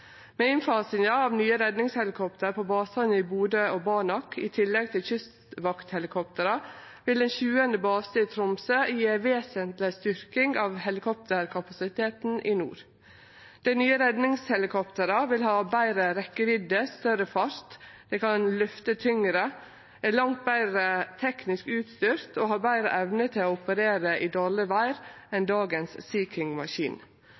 Med innfasinga av nye redningshelikopter på basane i Bodø og Banak i tillegg til kystvakthelikoptera vil den sjuande basen i Tromsø gje ei vesentleg styrking av helikopterkapasiteten i nord. Dei nye redningshelikoptera vil ha betre rekkjevidde, større fart, dei kan løfte tyngre, er langt betre teknisk utstyrte og har betre evne til å operere i dårleg ver enn